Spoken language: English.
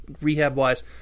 rehab-wise